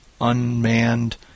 unmanned